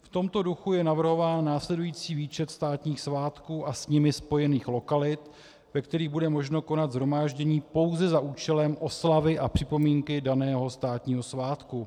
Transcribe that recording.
V tomto duchu je navrhován následující výčet státních svátků a s nimi spojených lokalit, ve kterých bude možno konat shromáždění pouze za účelem oslavy a připomínky daného státního svátku.